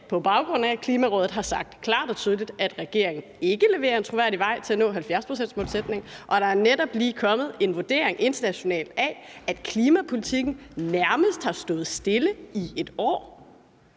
på baggrund af at Klimarådet har sagt klart og tydeligt, at regeringen ikke leverer en troværdig vej til at nå 70-procentsmålsætningen, og der er netop lige kommet en international vurdering af, at klimapolitikken nærmest har stået stille i et år,